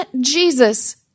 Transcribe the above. Jesus